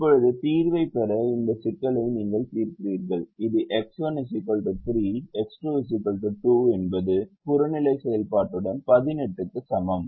இப்போது தீர்வைப் பெற இந்த சிக்கலை நீங்கள் தீர்க்கிறீர்கள் இது X1 3 X2 2 என்பது புறநிலை செயல்பாட்டுடன் 18 க்கு சமம்